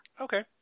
Okay